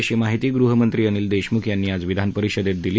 अशी माहिती गृहमंत्री अनिल देशमुख यांनी आज विधानपरिषदेत दिली